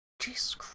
Jesus